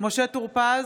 משה טור פז,